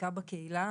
בעיקר בקהילה.